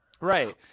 Right